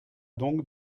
donc